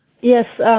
Yes